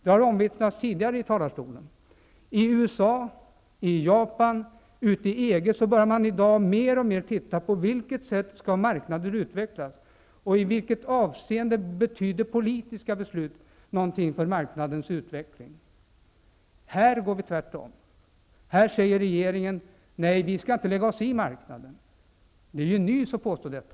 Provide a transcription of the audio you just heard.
Det har omvittnats tidigare från talarstolen att i USA, i Japan och i EG börjar man nu mer och mer titta på hur man vill att marknanden skall utvecklas och i vilken mån politiska beslut betyder någonting för marknadens utveckling. Här gör man tvärtom. Här säger regeringen: Vi skall inte lägga oss i marknaden! Men det är ju nys att säga något sådant.